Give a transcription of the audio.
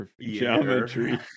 Geometry